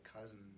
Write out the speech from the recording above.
cousin